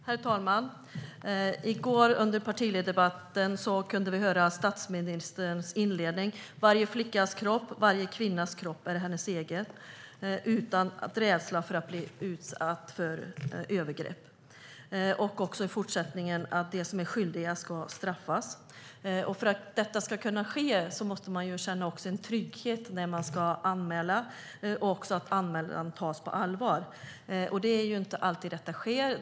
Herr talman! Under partiledardebatten i går kunde vi höra statsministerns inledning: Varje flickas kropp, varje kvinnas kropp, är hennes egen - utan rädsla för att bli utsatt för övergrepp. Han sa också att de som är skyldiga ska straffas. För att detta ska kunna ske måste man känna trygghet också när man ska anmäla, och anmälaren måste tas på allvar. Det är inte alltid detta sker.